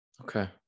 Okay